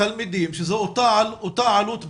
תלמידים, שזה אותה עלות בעצם,